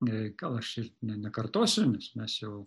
gal aš ir ne nekartosiu nes mes jau